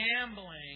gambling